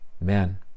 Man